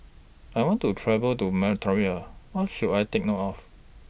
I want to travel to Mauritania What should I Take note of